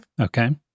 Okay